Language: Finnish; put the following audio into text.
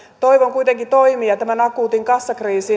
toivon kuitenkin toimia tämän akuutin kassakriisin